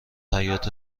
حیاط